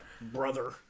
Brother